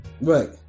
Right